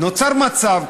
נוצר מצב,